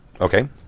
Okay